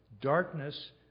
darkness